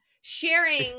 sharing